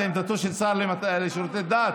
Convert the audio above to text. זו עמדתו של השר לשירותי דת,